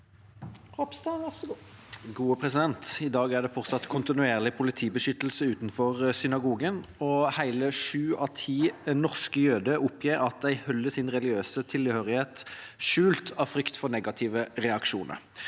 Ropstad (KrF) I dag er det fortsatt kontinuerlig politibeskyttelse utenfor synagogen, og hele sju av ti norske jøder oppgir at de holder sin religiøse tilhørighet skjult av frykt for negative reaksjoner.